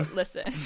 listen